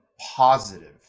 positive